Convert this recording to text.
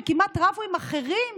שכמעט רבו עם אחרים,